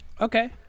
Okay